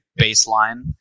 baseline